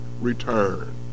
return